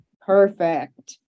Perfect